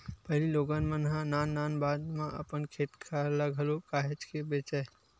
पहिली लोगन मन ह नान नान बात म अपन खेत खार ल घलो काहेच के बेंचय